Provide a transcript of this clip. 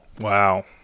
Wow